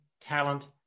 talent